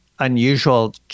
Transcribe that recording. unusual